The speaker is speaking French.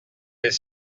est